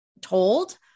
told